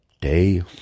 day